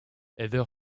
heather